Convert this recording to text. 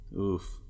oof